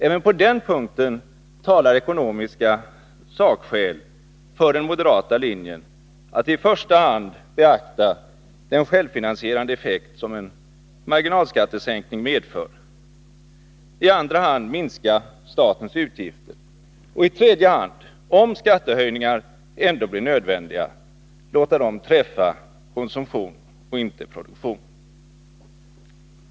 Även på den punkten talar ekonomiska sakskäl för den moderata linjen, att i första hand beakta den självfinansierande effekt som en marginalskattesänkning medför, i andra hand minska statens utgifter och i tredje hand om skattehöjningar ändå blir nödvändiga låta dem träffa konsumtionen och inte produktionen.